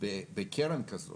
בקרן כזאת.